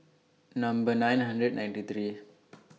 Number nine hundred ninety three